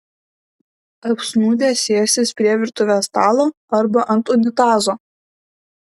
apsnūdę sėsis prie virtuvės stalo arba ant unitazo